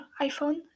iPhone